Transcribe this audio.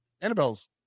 Annabelle's –